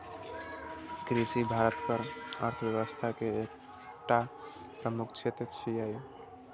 कृषि भारतक अर्थव्यवस्था के एकटा प्रमुख क्षेत्र छियै